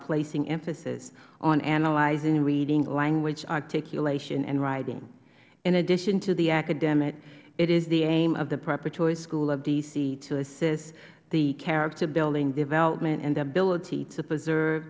placing emphasis on analyzing reading language articulation and writing in addition to the academics it is the aim of the preparatory school of d c to assist the character building developing the ability to preserve